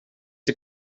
die